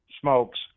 smokes